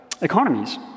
economies